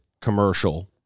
commercial